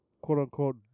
quote-unquote